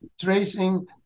tracing